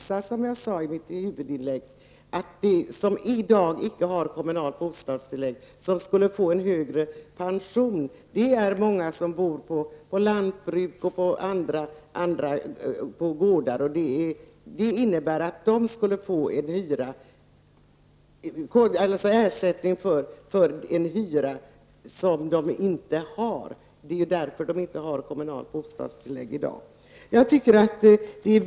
Som jag sade i mitt huvudinlägg var det vissa, som i dag icke har kommunalt bostadstillägg, som skulle få en högre pension. Det är många som bor på lantbruk och gårdar, och de skulle få ersättning för en hyra som de inte har -- det är ju därför som de inte har kommunalt bostadstillägg i dag.